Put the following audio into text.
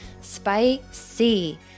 Spicy